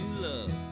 love